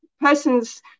persons